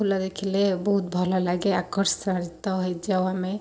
ଫୁଲ ଦେଖିଲେ ବହୁତ ଭଲ ଲାଗେ ଆକର୍ଷିତ ହେଇଯାଉ ଆମେ